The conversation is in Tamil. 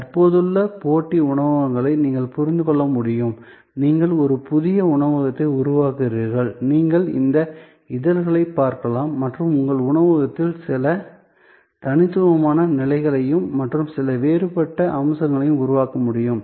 தற்போதுள்ள போட்டி உணவகங்களை நீங்கள் புரிந்து கொள்ள முடியும் நீங்கள் ஒரு புதிய உணவகத்தை உருவாக்குகிறீர்கள் நீங்கள் இந்த இதழ்களைப் பார்க்கலாம் மற்றும் உங்கள் உணவகத்தில் சில தனித்துவமான நிலைகளையும் மற்றும் சில வேறுபட்ட அம்சங்களையும் உருவாக்க முடியும்